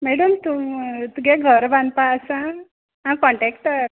madam तूं तुगें घर बांदपा आसा हांव कॉण्टॅक्टर